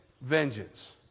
vengeance